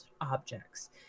objects